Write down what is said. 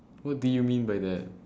what do you mean by that